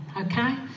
okay